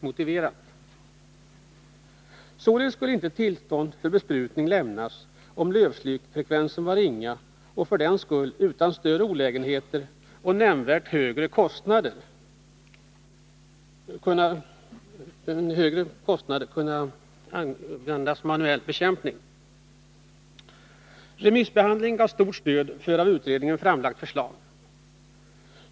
Således skulle inte tillstånd för besprutning lämnas, om lövslyfrekvensen var ringa och för den skull utan större olägenhet och nämnvärt högre kostnader kunde bekämpas manuellt. Remissbehandlingen gav stort stöd för av utredningen framlagt förslag.